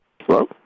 Hello